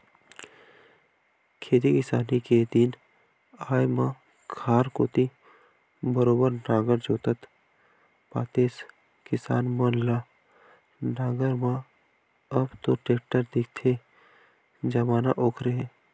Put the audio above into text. खेती किसानी के दिन आय म खार कोती बरोबर नांगर जोतत पातेस किसान मन ल नांगर म अब तो टेक्टर दिखथे जमाना ओखरे हे